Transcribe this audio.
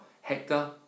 Hector